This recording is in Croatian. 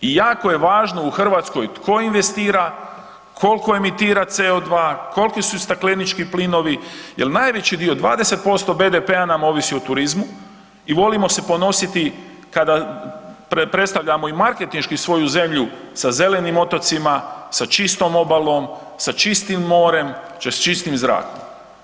I jako je važno u Hrvatskoj tko investira, koliko emitira CO2, koliki su staklenički plinovi jer najveći dio, 20% BDP-a nam ovisi o turizmu i volimo se ponositi kada predstavljamo i marketinški svoju zemlju sa zelenim otocima, sa čistom obalom, sa čistim moremo, sa čistim zrakom.